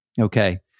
okay